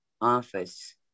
office